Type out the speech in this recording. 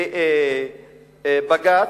לבג"ץ,